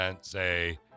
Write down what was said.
say